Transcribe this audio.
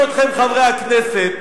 חבר הכנסת